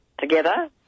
together